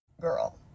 girl